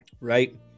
right